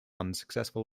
unsuccessful